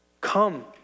come